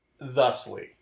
thusly